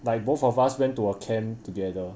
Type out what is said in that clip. like both of us went to a camp together